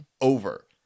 over